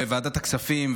בוועדת הכספים,